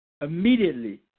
Immediately